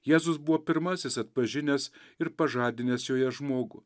jėzus buvo pirmasis atpažinęs ir pažadinęs joje žmogų